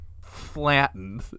flattened